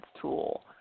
tool